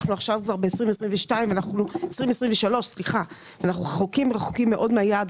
אנחנו עכשיו כבר ב-2023, רחוקים מאוד מהיעד.